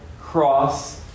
cross